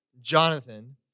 Jonathan